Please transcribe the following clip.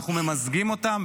אנחנו ממזגים אותם.